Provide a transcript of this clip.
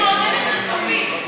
את מעודדת רכבים.